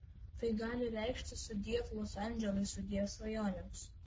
tai gali reikšti sudiev los andželui sudiev svajonėms